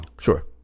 Sure